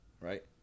right